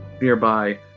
nearby